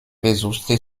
besuchte